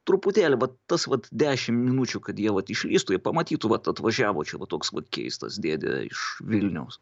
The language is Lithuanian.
truputėlį va tas vat dešim minučių kad jie vat išvystų jie pamatytų vat atvažiavo čia toks vat keistas dėdė iš vilniaus